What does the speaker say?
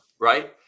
right